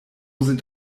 sind